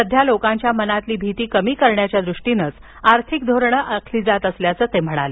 सध्या लोकांच्या मनातील भीती कमी करण्याच्या दृष्टीनेच आर्थिक धोरणे आखली असल्याचं ते म्हणाले